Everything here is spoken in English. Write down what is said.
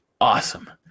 awesome